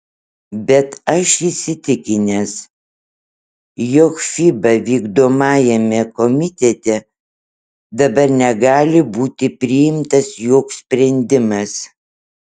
bet aš įsitikinęs jog fiba vykdomajame komitete dabar negali būti priimtas joks sprendimas